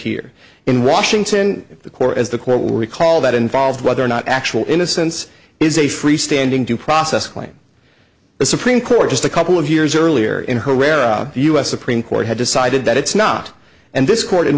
here in washington the court as the court will recall that involved whether or not actual innocence is a free standing due process claim the supreme court just a couple of years earlier in herrera the u s supreme court had decided that it's not and this court in